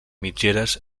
mitgeres